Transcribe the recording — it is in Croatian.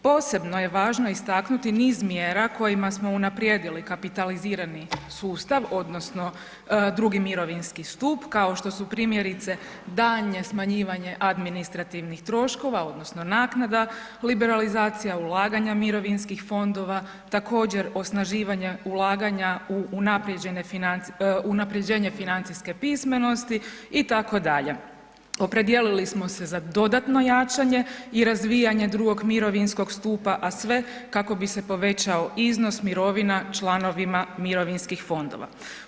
Posebno je važno istaknuti niz mjera kojima smo unaprijedili kapitalizirani sustav odnosno II mirovinski stup kao što su primjerice daljnje smanjivanje administrativnih troškova odnosno naknada, liberalizacija ulaganja mirovinskih fondova, također osnaživanja ulaganja u unapređenje financijske pismenosti itd. opredijelili smo se za dodatno jačanje i razvijanje II mirovinskog stupa, a sve kako bi se povećao iznos mirovina članovima mirovinskih fondova.